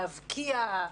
להבקיע,